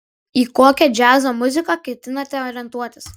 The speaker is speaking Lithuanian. į kokią džiazo muziką ketinate orientuotis